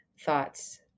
thoughts